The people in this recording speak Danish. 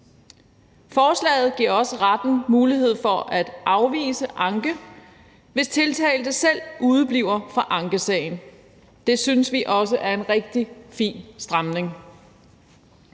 Forslaget giver også retten mulighed for at afvise anke, hvis tiltalte selv udebliver fra ankesagen. Det synes vi også er en rigtig fin stramning.